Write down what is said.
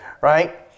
right